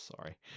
sorry